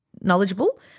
knowledgeable